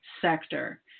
sector